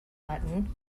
button